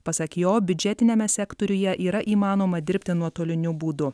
pasak jo biudžetiniame sektoriuje yra įmanoma dirbti nuotoliniu būdu